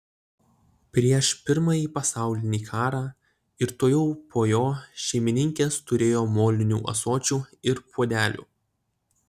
prieš pirmąjį pasaulinį karą ir tuojau po jo šeimininkės turėjo molinių ąsočių ir puodelių